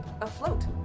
afloat